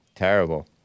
Terrible